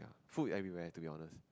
food everywhere to be honest